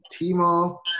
Timo